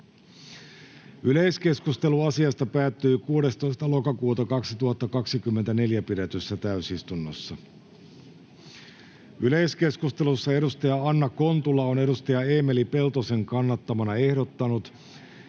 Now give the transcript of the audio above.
Yleiskeskustelu asiasta päättyi 17.10.2024 pidetyssä täysistunnossa. Yleiskeskustelussa edustaja Joona Räsänen on edustaja Eemeli Peltosen kannattamana ehdottanut, että